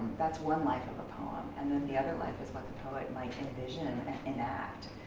that's one life of a poem and then the other life is what the poet might envision in act.